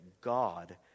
God